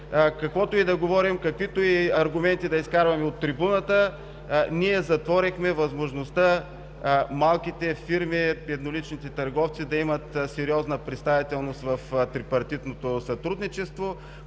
каквото и да говорим, каквито и аргументи да изкарваме от трибуната, ние затворихме възможността малките фирми, едноличните търговци да имат сериозна представителност в трипартитното сътрудничество.